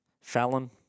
Fallon